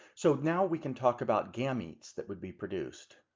so now we can talk about gametes that would be produced.